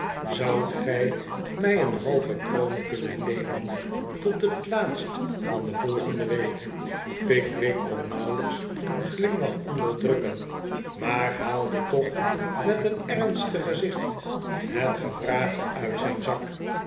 zoudt gij mij een halve kroon kunnen leenen tot het laatst van de volgende week pickwick kon nauwelijks een glimlach onderdrukken maar haalde toch met een ernstig gezicht het gevraagde uit zijn zak